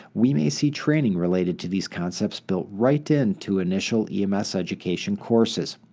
we may see training related to these concepts built right into initial ems education courses.